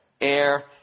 Air